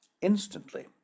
Instantly